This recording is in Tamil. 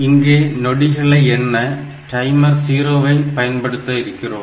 இங்கே நொடிகளை எண்ண டைமர் 0 வை பயன்படுத்த இருக்கிறோம்